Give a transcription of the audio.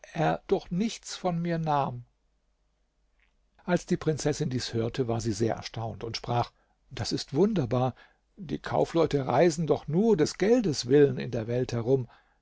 doch nichts von mir nahm als die prinzessin dies hörte war sie sehr erstaunt und sprach das ist sehr wunderbar die kaufleute reisen doch nur des geldes willen in der welt herum